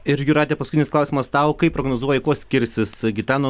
ir jūrate paskutinis klausimas tau kaip prognozuoji kuo skirsis gitano